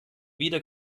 weder